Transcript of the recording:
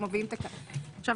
עכשיו,